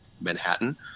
Manhattan